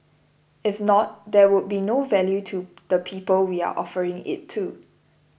if not there would be no value to the people we are offering it to